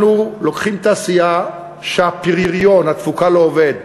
אנחנו לוקחים תעשייה שהפריון, התפוקה, לא עובד.